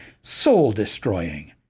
soul-destroying